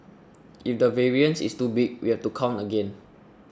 if the variance is too big we have to count again